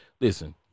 listen